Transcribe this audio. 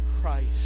Christ